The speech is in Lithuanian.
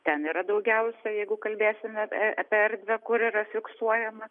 ten yra daugiausiai jeigu kalbėsime apie erdvę kur yra fiksuojama